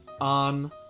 on